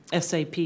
SAP